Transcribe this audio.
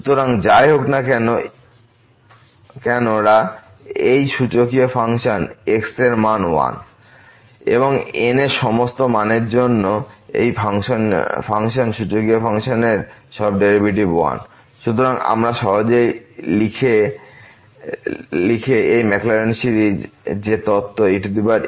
সুতরাং যাই হোক না কেন রা এই সূচকীয় ফাংশন xএর মান 1 সুতরাং n এর সমস্ত মান এর জন্য এই ফাংশন সূচকীয় ফাংশন এর সব ডেরাইভেটিভস 1 সুতরাং আমরা সহজে লিখে এই maclaurins সিরিজ যে তত্ত্ব ex1xx22